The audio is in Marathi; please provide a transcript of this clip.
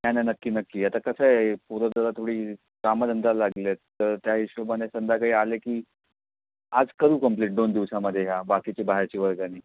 नाही नाही नक्की नक्की आता कसं आहे पोरं जरा थोडी कामं धंद्याला लागली आहेत तर त्या हिशोबाने संध्याकाळी आले की आज करू कंप्लिट दोन दिवसामध्ये या बाकीची बाहेरची वर्गणी